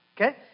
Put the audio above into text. Okay